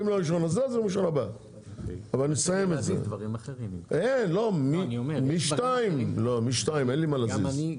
אין לי מה להזיז.